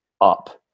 up